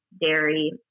dairy